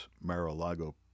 Mar-a-Lago